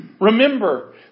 Remember